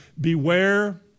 beware